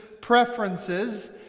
preferences